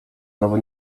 nowe